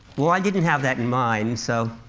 well, i didn't have that in mind, so.